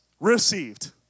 received